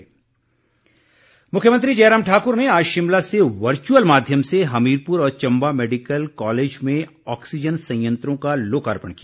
oxygen plant मुख्यमंत्री जयराम ठाकुर ने आज शिमला से वर्चुअल माध्यम से हमीरपुर और चंबा मेडिकल कॉलेज में ऑक्सीजन संयंत्रों का लोकार्पण किया